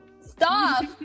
stop